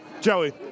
Joey